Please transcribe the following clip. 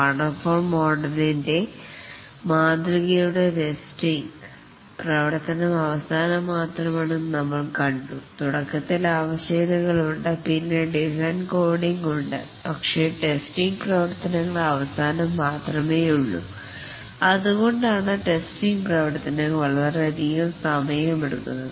waterfall മോഡലിൽ testing പ്രവർത്തനം അവസാനം മാത്രമാണെന്ന് നമ്മൾ കണ്ടു തുടക്കത്തിൽ ആവശ്യകതകൾ ഉണ്ട് പിന്നെ ഡിസൈൻ കോഡിങ് ഉണ്ട് പക്ഷേ ടെസ്റ്റിംഗ് പ്രവർത്തനങ്ങൾ അവസാനം മാത്രമേയുള്ളൂ അതുകൊണ്ടാണ് ടെസ്റ്റിംഗ് പ്രവർത്തനങ്ങൾ വളരെയധികം സമയം എടുക്കുന്നത്